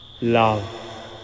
Love